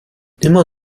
immer